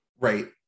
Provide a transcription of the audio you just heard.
Right